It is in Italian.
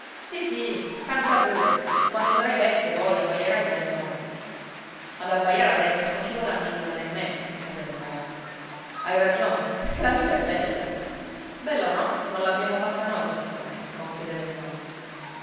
sì sì canta pure quando sarai vecchio poi abbaierai come il nonno ad abbaiare adesso non ci guadagni nulla nemmeno rispondeva il ragazzo hai ragione perché la vita è bella bella o no non l'abbiamo fatta noi così com'è conchiudeva il nonno